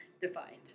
defined